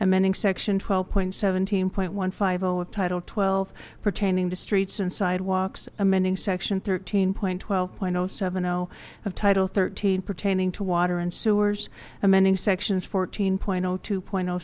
amending section twelve point seventeen point one five zero of title twelve pertaining to streets and sidewalks amending section thirteen point twelve point zero seven zero of title thirteen pertaining to water and sewers amending sections fourteen point zero two point